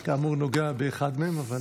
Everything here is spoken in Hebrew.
אני כאמור נוגע באחד מהם, אבל